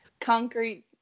concrete